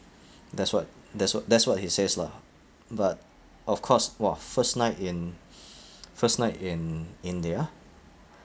that's what that's what that's what he says lah but of course !wah! first night in first night in india